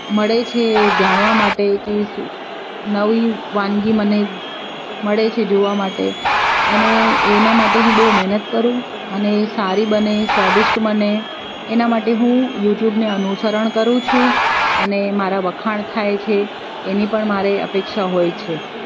મળે છે જાણવા માટે કે શું નવી વાનગી મને મળે છે જોવા માટે અને એના માટે હું બહુ મહેનત કરું અને એ સારી બને સ્વાદિષ્ટ બને એના માટે હું યુટ્યુબને અનુસરણ કરું છું અને મારા વખાણ થાય છે એની પણ મારે અપેક્ષા હોય છે